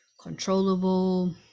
controllable